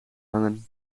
hangen